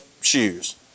shoes